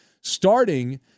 starting